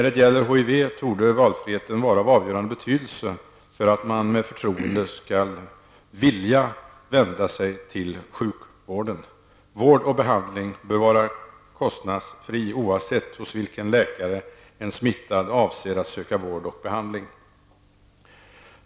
Beträffande HIV torde valfriheten vara av avgörande betydelse för att man med förtroende skall vilja vända sig till sjukvården. Vård och behandling bör vara kostnadsfria, oavsett hos vilken läkare en smittad avser att söka vård och behandling.